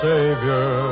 Savior